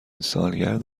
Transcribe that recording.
سالگرد